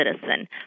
citizen